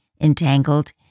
entangled